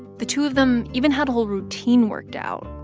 the two of them even had a whole routine worked out.